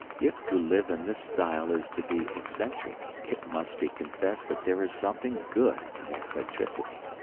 if to live in this style is to be eccentric, it must be confessed that there is something good in eccentricity.